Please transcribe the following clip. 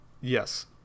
Yes